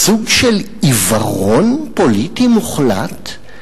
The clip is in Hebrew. סוג של עיוורון פוליטי מוחלט,